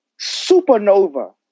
supernova